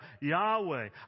Yahweh